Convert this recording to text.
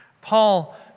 Paul